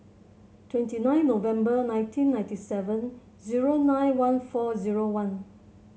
twenty nine November nineteen ninety seven zero nine one four zero one